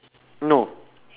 no